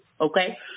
Okay